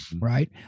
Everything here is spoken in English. right